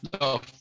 No